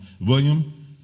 William